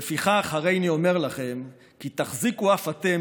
"ולפיכך הריני אומר לכם כי תחזיקו אף אתם